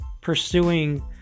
pursuing